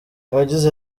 yagize